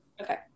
Okay